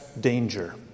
danger